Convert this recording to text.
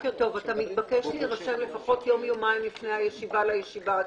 אתה מתבקש להירשם לפחות יום יומיים לפני הישיבה לישיבה עצמה.